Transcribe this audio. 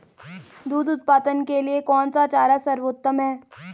दूध उत्पादन के लिए कौन सा चारा सर्वोत्तम है?